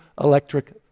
electric